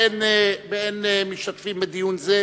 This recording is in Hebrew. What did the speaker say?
באין משתתפים בדיון זה,